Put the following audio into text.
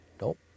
Nope